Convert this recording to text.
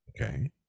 Okay